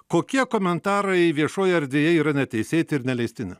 kokie komentarai viešoj erdvėje yra neteisėti ir neleistini